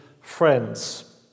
friends